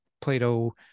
Plato